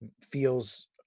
feels